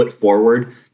forward